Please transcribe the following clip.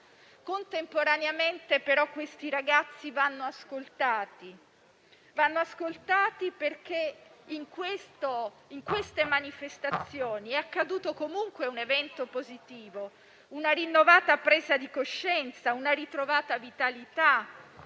Contemporaneamente, però, questi ragazzi vanno ascoltati perché nelle manifestazioni è accaduto comunque un evento positivo: una rinnovata presa di coscienza, una ritrovata vitalità,